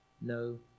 no